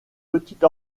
petite